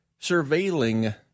surveilling